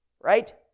right